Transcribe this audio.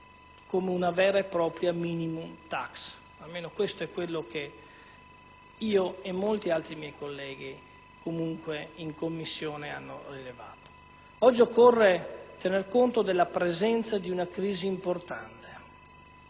come una vera e propria *minimum tax*, almeno questo è ciò che io e molti altri miei colleghi in Commissione abbiamo rilevato. Oggi occorre tener conto della presenza di una crisi importante